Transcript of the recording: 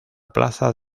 plaza